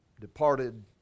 departed